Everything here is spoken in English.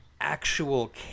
actual